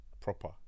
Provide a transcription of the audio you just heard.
Proper